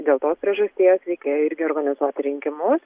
dėl tos priežasties reikėjo irgi organizuoti rinkimus